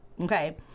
Okay